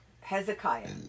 Hezekiah